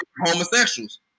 homosexuals